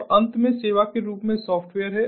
और अंत में सेवा के रूप में सॉफ़्टवेयर है